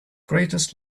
greatest